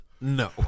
No